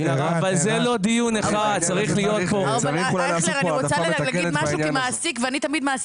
אני רוצה להגיד משהו כמעסיק ואני תמיד מעסיקה.